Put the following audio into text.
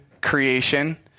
creation